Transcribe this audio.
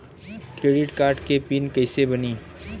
Credit card के pin कैसे बनी?